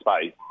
space